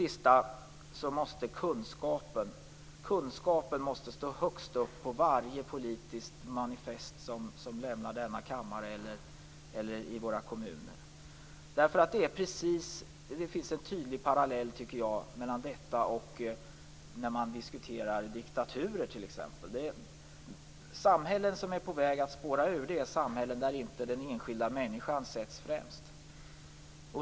Till sist: Kunskapen måste stå högst upp på varje politiskt manifest som antas i denna kammare eller i våra kommuner. Jag tycker att det finns en tydlig parallell mellan detta och när man t.ex. diskuterar diktaturer. Samhällen som är på väg att spåra ur är samhällen där den enskilda människan inte sätts främst.